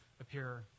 appear